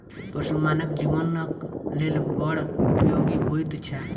पशु मानव जीवनक लेल बड़ उपयोगी होइत छै